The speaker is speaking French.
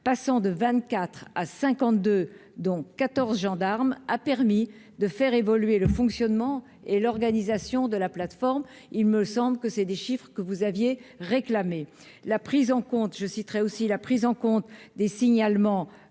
passant de 24 à 52 dont 14 gendarmes a permis de faire évoluer le fonctionnement et l'organisation de la plateforme, il me semble que c'est des chiffres que vous aviez réclamé la prise en compte, je citerai aussi la prise en compte des signalements